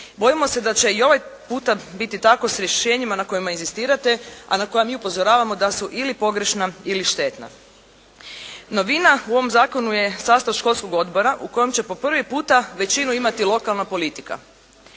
Bojimo se da će i ovaj puta biti tako s rješenjima na kojima inzistirate, a na koja mi upozoravamo da su ili pogrešna ili štetna. Novina u ovom zakonu je sastav školskog odbora u kojem će po prvi puta većinu imati lokalna politika.